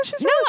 no